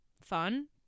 Fun